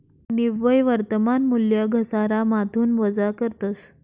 निव्वय वर्तमान मूल्य घसारामाथून वजा करतस